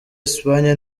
espagne